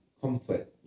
comfort